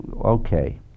Okay